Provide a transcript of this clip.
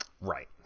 right